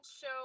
show